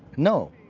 no,